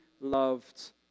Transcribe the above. loved